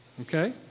okay